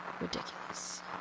ridiculous